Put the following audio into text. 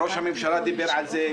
ראש הממשלה דיבר על זה,